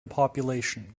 population